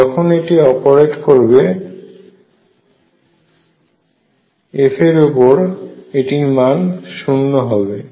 যখন এটি অপরেট করবে f এর উপর এটি শুন্য মান হবে